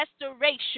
restoration